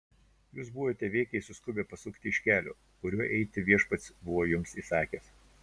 jūs buvote veikiai suskubę pasukti iš kelio kuriuo eiti viešpats buvo jums įsakęs